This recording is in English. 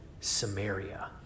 Samaria